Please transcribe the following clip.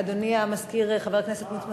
אדוני המזכיר, חבר הכנסת מוץ מטלון,